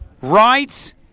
right